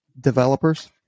developers